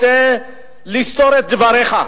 אני רוצה לסתור את דבריך.